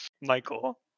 Michael